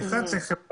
עם חברת